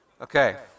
okay